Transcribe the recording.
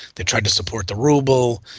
they tried to support the ruble,